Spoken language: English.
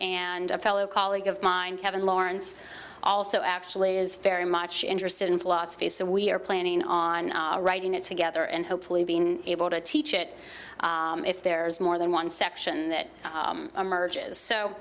and a fellow colleague of mine kevin lawrence also actually is very much interested in philosophy so we're planning on writing it together and hopefully being able to teach it if there's more than one section that emerges so